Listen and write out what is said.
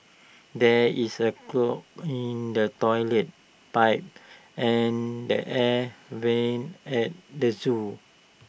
there is A clog in the Toilet Pipe and the air Vents at the Zoo